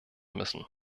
müssen